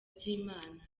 by’imana